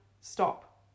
stop